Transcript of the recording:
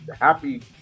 happy